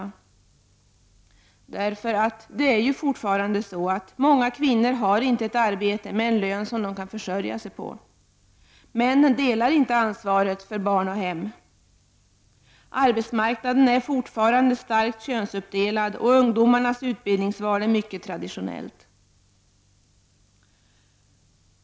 Fortfarande är det så — att många kvinnor inte har ett arbete med en lön som de kan försörja sig — att männen inte delar ansvaret för barn och hem och —- att arbetsmarknaden är starkt könsuppdelad och att ungdomars utbildningsval är mycket traditionellt.